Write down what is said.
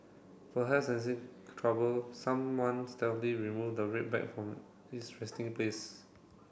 perhaps sensing trouble someone stealthily remove the red bag from its resting place